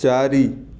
ଚାରି